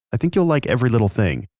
i think you'll like every little thing.